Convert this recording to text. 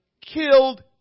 killed